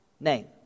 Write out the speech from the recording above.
name